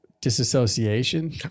disassociation